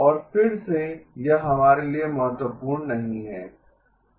और फिर से यह हमारे लिए महत्वपूर्ण नहीं है